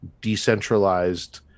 decentralized